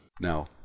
Now